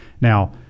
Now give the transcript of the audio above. Now